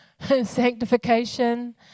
sanctification